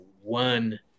one